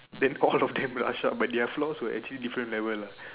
then all of them were ushered out but their floors were actually different level lah